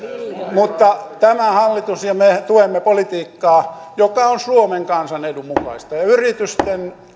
mutta tämä hallitus ja ja me tuemme politiikkaa joka on suomen kansan edun mukaista ja yritysten